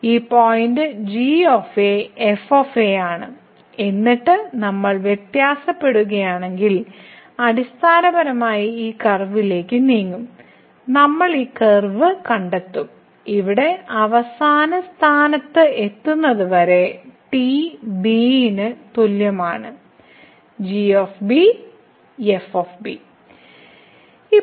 ഈ point g f ആണ് എന്നിട്ട് നമ്മൾ വ്യത്യാസപ്പെടുകയാണെങ്കിൽ അടിസ്ഥാനപരമായി ഈ കർവിലേക്ക് നീങ്ങും നമ്മൾ ഈ കർവ് കണ്ടെത്തും ഇവിടെ അവസാന സ്ഥാനത്ത് എത്തുന്നതുവരെ t b ന് തുല്യമാണ് g f